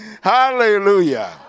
Hallelujah